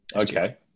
Okay